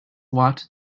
watt